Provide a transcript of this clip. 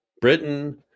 britain